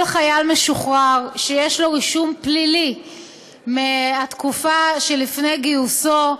כל חייל משוחרר שיש לו רישום פלילי מהתקופה שלפני גיוסו,